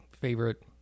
favorite